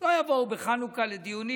לא יבואו בחנוכה לדיונים.